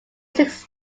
six